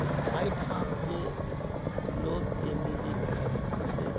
तऽ एहिठामके लोककेँ मिलीभगत से